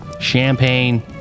Champagne